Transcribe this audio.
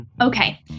Okay